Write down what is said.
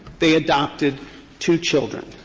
they adopted two children.